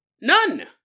None